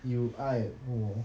you 爱我